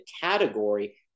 category